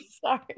Sorry